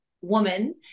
woman